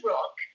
Rock